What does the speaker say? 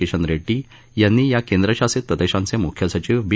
किशन रेड्डी यांनी या केंद्रशासित प्रदेशांचे मुख्य सचिव बी